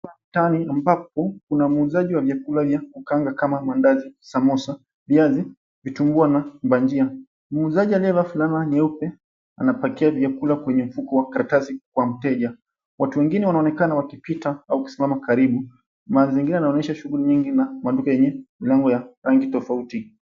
Mtaani ambapo kuna muuzaji wa vyakula vya kukaanga kama maandazi, samosa, viazi, vitumbua na bajia. Muuzaji aliyevaa fulana nyeupe anapakia vyakula kwenye mfuko wa karatasi kwa mteja. Watu wengine wanaonekana wakipita au kusimama karibu. Mazingira yanoanyesha shughuli nyingi na maduka yenye mlango tofauti.